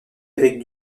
avec